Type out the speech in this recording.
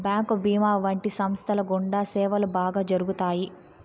bank భీమా వంటి సంస్థల గుండా సేవలు బాగా జరుగుతాయి